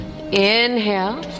inhale